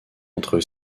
entre